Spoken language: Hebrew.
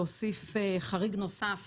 שאנחנו מציעים להוסיף חריג נוסף